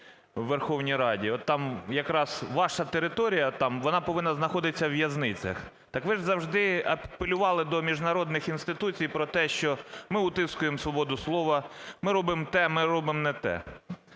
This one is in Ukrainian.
в Верховній Раді, от там якраз ваша територія, там, вона повинна знаходитися у в'язницях… Так ви ж завжди апелювали до міжнародних інституцій про те, що ми утискуємо свободу слова, ми робимо те, ми робимо не те.